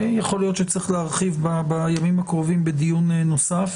יכול להיות שצריך להרחיב בימים הקרובים בדיון נוסף.